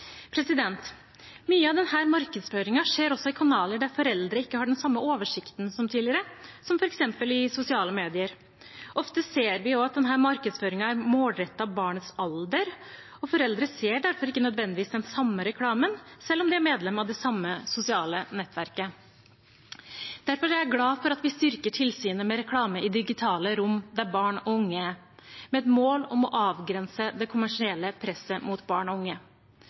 Mye av denne markedsføringen skjer i kanaler der foreldrene ikke har den samme oversikten som tidligere, som f.eks. i sosiale medier. Ofte ser vi også at denne markedsføringen er målrettet mot barnets alder, og foreldre ser derfor ikke nødvendigvis den samme reklamen, selv om de er medlemmer av det samme sosiale nettverket. Derfor er jeg glad for at vi styrker tilsynet med reklame i digitale rom der barn og unge er, med et mål om å avgrense det kommersielle presset på barn og unge.